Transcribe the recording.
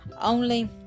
Only